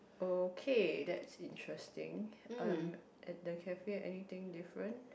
okay that's interesting um the cafe anything different